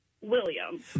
William